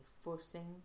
forcing